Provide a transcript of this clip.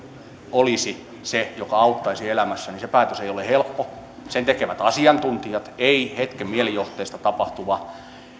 olisi se joka auttaisi elämässä ei ole helppo sen tekevät asiantuntijat ei hetken mielijohteesta tapahtuva